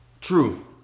True